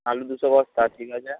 আলু দুশো বস্তা ঠিক আছে